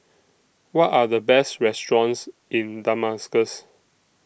What Are The Best restaurants in Damascus